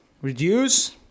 reduce